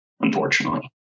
unfortunately